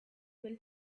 will